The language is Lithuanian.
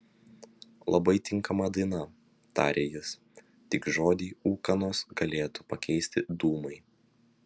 labai tinkama daina tarė jis tik žodį ūkanos galėtų pakeisti dūmai